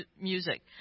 music